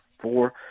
four